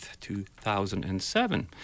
2007